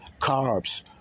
Carbs